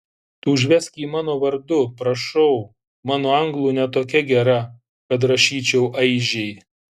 tu užvesk jį mano vardu prašau mano anglų ne tokia gera kad rašyčiau aižei